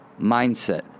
mindset